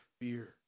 fear